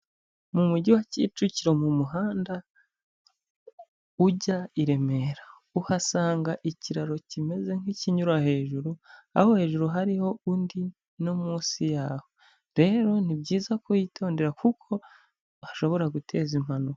Mu mujyi wa Kicukiro mu muhanda ujya i Remera, uhasanga ikiraro kimeze nk'ikinyura hejuru, aho hejuru hariho undi no munsi yaho, rero ni byiza kuhitondera kuko hashobora guteza impanuka.